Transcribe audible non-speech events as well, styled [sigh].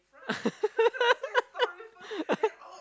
[laughs]